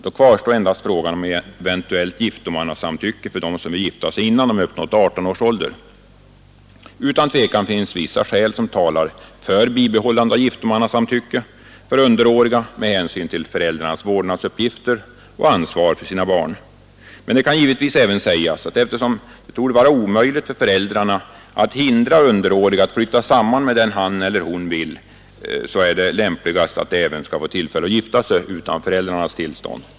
Då kvarstår endast frågan om eventuellt giftomannasamtycke för dem som vill gifta sig innan de uppnått 18 års ålder. Utan tvivel finns vissa skäl som talar för bibehållande av giftomannasamtycke för underåriga med hänsyn till föräldrarnas vårdnadsuppgifter och ansvar för sina barn. Men det kan givetvis även sägas att eftersom det torde vara omöjligt för föräldrarna att hindra underårig att flytta samman med den han eller hon vill, så är det lämpligast att de även får tillfälle att gifta sig utan föräldrarnas tillstånd.